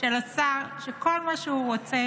של השר, שכל מה שהוא רוצה